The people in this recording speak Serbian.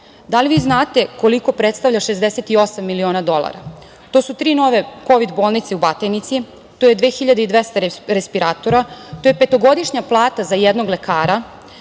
Da li vi znate koliko predstavlja 68 miliona dolara? To su tri nove kovid bolnice u Batajnici, to je 2.200 respiratora, to je petogodišnja plata za jednog lekara,